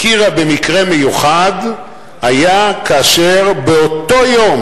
הכירו בו כמקרה מיוחד היה כאשר באותו יום